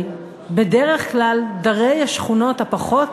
בדרך כלל דרי השכונות הפחות,